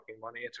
money